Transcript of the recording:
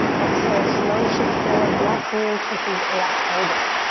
exhale, slow shift forward, left knee kisses left elbow.